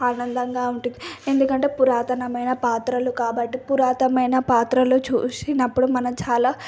ఆనందంగా ఉంటుంది ఎందుకంటే పురాతనమైన పాత్రలు కాబట్టి పురాతమైన పాత్రలో చూసినప్పుడు మనం చాలా